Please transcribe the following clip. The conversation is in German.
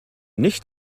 nicht